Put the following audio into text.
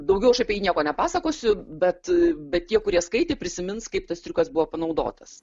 daugiau aš apie jį nieko nepasakosiu bet bet tie kurie skaitė prisimins kaip tas triukas buvo panaudotas